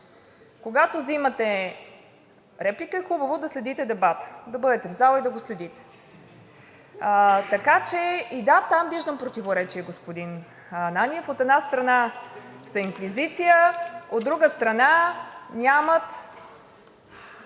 Когато вземате реплика, е хубаво да следите дебата – да бъдете в залата и да го следите. И да, там виждам противоречие, господин Ананиев. От една страна са инквизиция, от друга страна, нямат